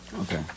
Okay